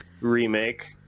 remake